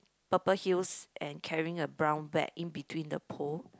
purple heels and carrying a brown bag in between the pole